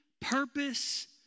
purpose